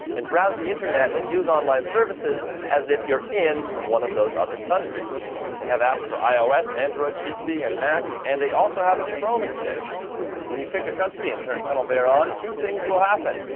and browse the internet and use online services. as if you're in one of those other countries they have apps for ios, android, pc, and mac. and they also have a chrome extension when you pick a country and pick tunnelbear on, two things will happen.